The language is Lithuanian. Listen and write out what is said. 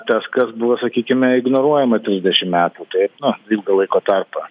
tas kas buvo sakykime ignoruojama trisdešim metų taip na ilgą laiko tarpą